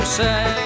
say